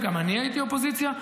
וגם אני הייתי אופוזיציה,